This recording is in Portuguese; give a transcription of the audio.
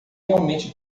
realmente